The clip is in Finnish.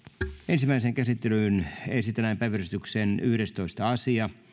ensimmäiseen käsittelyyn esitellään päiväjärjestyksen yhdestoista asia